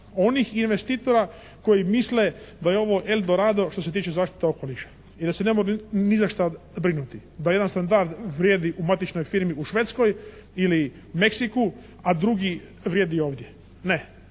onih investitora koji misle da je ovo El Dorado što se tiče zaštite okoliša. I da se nemamo ni za šta brinuti. Da jedan standard vrijedi u jednoj matičnoj firmi u Švedskoj ili Meksiku a drugi vrijedi ovdje. Ne!